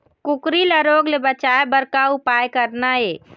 कुकरी ला रोग ले बचाए बर का उपाय करना ये?